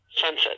Sunset